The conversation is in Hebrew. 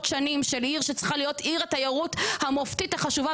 שנים של עיר שצריכה להיות עיר תיירות המופתית החשובה